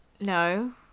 No